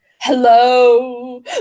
hello